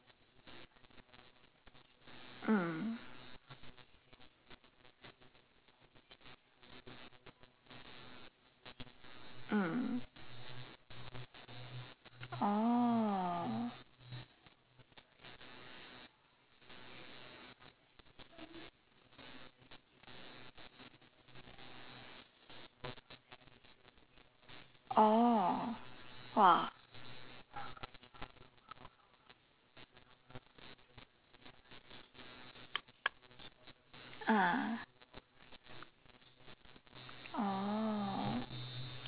mm mm oh oh !wah! ah oh